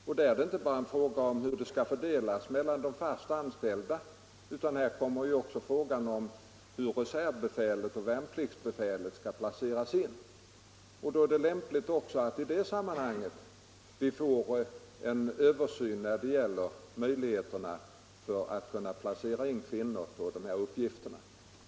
Och där gäller det inte bara hur uppgifterna skall fördelas mellan fast anställda, utan det är också fråga om att avgöra hur reservbefälet och värnpliktsbefälet skall placeras in. I det sammanhanget är det lämpligt att vi får en översyn gällande möjligheterna att placera in kvinnor på de uppgifterna.